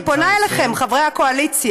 אני פונה אליכם, חברי הקואליציה,